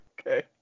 Okay